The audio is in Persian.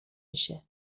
میشه